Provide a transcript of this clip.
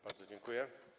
Bardzo dziękuję.